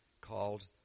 called